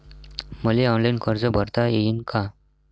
मले ऑनलाईन कर्ज भरता येईन का?